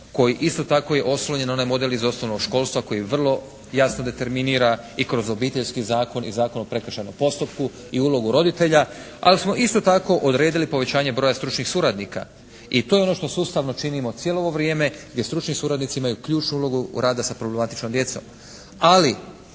koji isto tako je oslonjen onaj model iz osnovnog školstva koji vrlo jasno determinira i kroz Obiteljski zakon i Zakon o prekršajnom postupku i ulogu roditelja, ali smo isto tako odredili povećanje broja stručnih suradnika i to je ono što sustavno činimo cijelo ovo vrijeme, gdje stručni suradnici imaju ključnu ulogu rada sa problematičnom djecom,